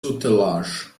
tutelage